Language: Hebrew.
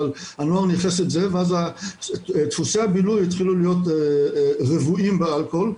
אבל הנוער ניכס את זה ואז דפוסי הבילוי התחילו להיות רוויים באלכוהול,